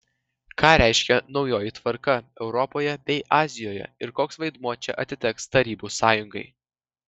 ką reiškia naujoji tvarka europoje bei azijoje ir koks vaidmuo čia atiteks tarybų sąjungai